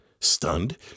Stunned